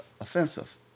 offensive